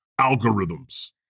algorithms